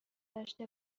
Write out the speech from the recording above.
داشته